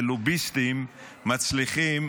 ולוביסטים מצליחים